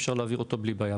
אפשר להעביר אותו בלי בעיה,